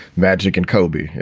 magic and kobe. you